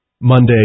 Monday